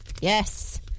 Yes